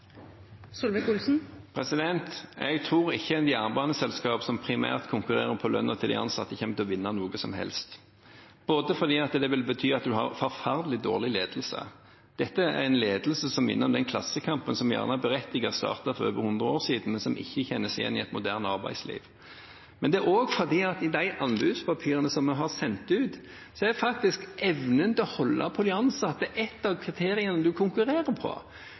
Jeg tror ikke et jernbaneselskap som primært konkurrerer på lønna til de ansatte, kommer til å vinne noe som helst, fordi det vil bety at man har en forferdelig dårlig ledelse, en ledelse som minner om den klassekampen som – gjerne berettiget – startet for over hundre år siden, men som ikke kjennes igjen i et moderne arbeidsliv. Men det er også fordi at i de anbudspapirene vi har sendt ut, så er faktisk evnen til å holde på de ansatte ett av kriteriene en konkurrerer på.